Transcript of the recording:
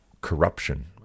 corruption